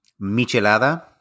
michelada